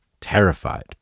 terrified